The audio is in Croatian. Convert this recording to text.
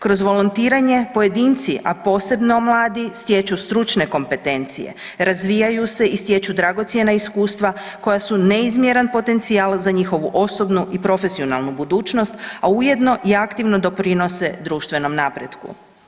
Kroz volontiranje pojedinci, a posebno mladi stječu stručne kompetencije, razvijaju se i stječu dragocjena iskustva koja su neizmjeran potencijal za njihovu osobnu i profesionalnu budućnost, a ujedno i aktivno doprinose društvenom napretku.